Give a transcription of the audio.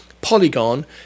Polygon